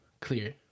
clear